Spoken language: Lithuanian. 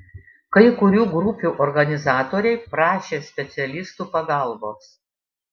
kai kurių grupių organizatoriai prašė specialistų pagalbos